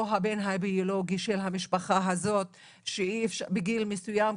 הבן הביולוגי של המשפחה הזאת בגיל מסוים,